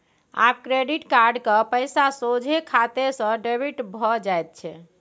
आब credit card क पैसा सोझे खाते सँ डेबिट भए जाइत छै